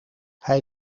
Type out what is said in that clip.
hij